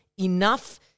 enough